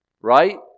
right